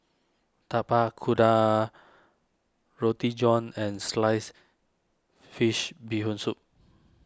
Tapak Kuda Roti John and Sliced Fish Bee Hoon Soup